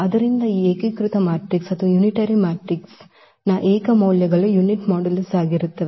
ಆದ್ದರಿಂದ ಈ ಏಕೀಕೃತ ಮ್ಯಾಟ್ರಿಕ್ಸ್ ಏಕೀಕೃತ ಮ್ಯಾಟ್ರಿಕ್ಸ್ನ ಏಕ ಮೌಲ್ಯಗಳು ಯುನಿಟ್ ಮಾಡ್ಯುಲಸ್ ಆಗಿರುತ್ತವೆ